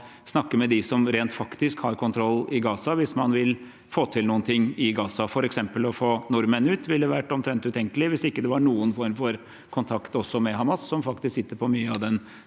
snakke med dem som rent faktisk har kontroll i Gaza hvis man vil få til noen ting i Gaza. For eksempel ville det å få nordmenn ut vært omtrent utenkelig hvis det ikke var noen form for kontakt også med Hamas, som faktisk sitter på mye av den